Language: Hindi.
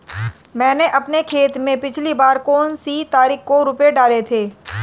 मैंने अपने खाते में पिछली बार कौनसी तारीख को रुपये डाले थे?